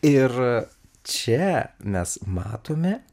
ir čia mes matome